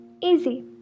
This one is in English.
Easy